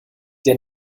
der